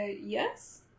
yes